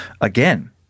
Again